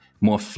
more